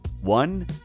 One